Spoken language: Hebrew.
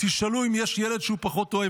תשאלו אם יש ילד שהוא פחות אוהב,